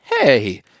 hey